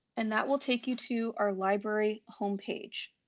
and that will take you to our library home page.